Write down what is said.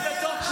מה תרם גוש